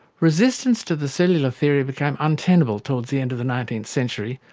resistance to the cellular theory became untenable towards the end of the nineteenth century,